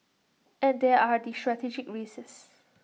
and there are the strategic risks